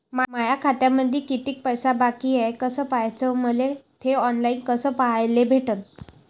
माया खात्यामंधी किती पैसा बाकी हाय कस पाह्याच, मले थे ऑनलाईन कस पाह्याले भेटन?